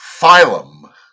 phylum